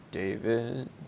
David